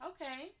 Okay